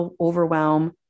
overwhelm